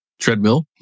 Treadmill